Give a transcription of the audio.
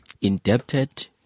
indebted